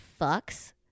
fucks